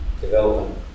development